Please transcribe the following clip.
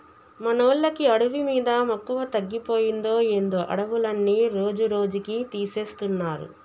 మనోళ్ళకి అడవి మీద మక్కువ తగ్గిపోయిందో ఏందో అడవులన్నీ రోజురోజుకీ తీసేస్తున్నారు